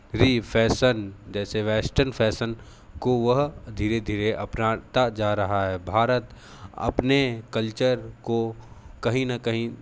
भी फ़ैशन जैसे western fashion को वह धीरे धीरे अपनाता जा रहा है भारत अपने कल्चर को कहीं ना कहीं